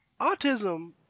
autism